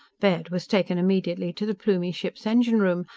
baird was taken immediately to the plumie ship's engine room,